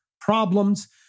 problems